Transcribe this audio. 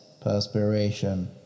perspiration